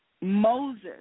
Moses